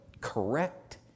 correct